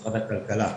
במה אנחנו נעסוק פה.